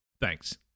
Thanks